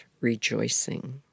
rejoicing